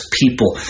people